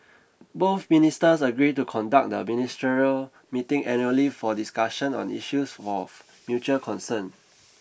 both ministers agreed to conduct the ministerial meeting annually for discussions on issues for mutual concern